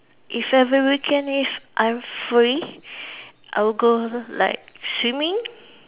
if every weekend if I'm free I will go like swimming